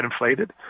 inflated